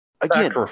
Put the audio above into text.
again